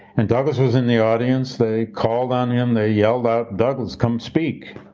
and douglass was in the audience, they called on him, they yelled out, douglass, come speak.